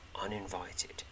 uninvited